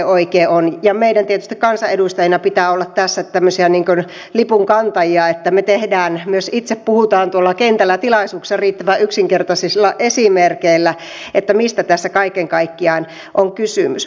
meidän tietysti kansanedustajina pitää olla tässä tämmöisiä lipunkantajia että me teemme myös itse puhumme kentällä tilaisuuksissa riittävän yksinkertaisilla esimerkeillä mistä tässä kaiken kaikkiaan on kysymys